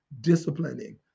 disciplining